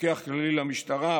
מפקח כללי למשטרה,